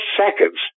seconds